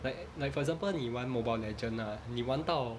like like for example 你玩 mobile legend ah 你玩到